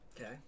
okay